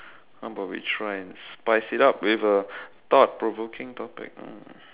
how about we try and spice it up with a thought provoking topic mm